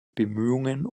bemühungen